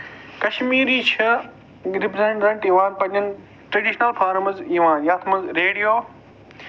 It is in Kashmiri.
کَشمیٖرِی چھِ رپرٮ۪نٛزنٛٹ یِوان پَنٕنٮ۪ن ٹرٛیڈیشنَل فارمٕز یِوان یَتھ منٛز ریڈیو